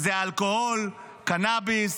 אלכוהול, קנביס,